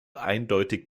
eindeutig